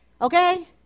Okay